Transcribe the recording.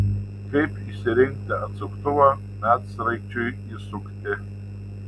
kaip išsirinkti atsuktuvą medsraigčiui įsukti